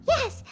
Yes